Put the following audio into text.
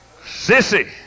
Sissy